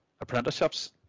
apprenticeships